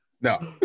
no